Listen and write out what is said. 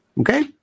Okay